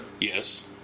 Yes